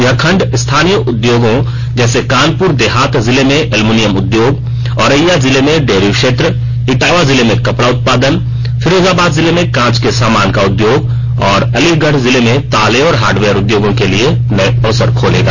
यह खण्ड स्थानीय उद्योगों जैसे कानपुर देहात जिले में एल्यूमीनियम उद्योग औरैया जिले में डेयरी क्षेत्र इटावा जिले में कपड़ा उत्पादन फिरोजाबाद जिले में कांच के सामान का उद्योग और अलीगढ़ जिले में ताले और हार्डवेयर उद्योगों के लिए नए अवसर खोलेगा